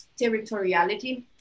territoriality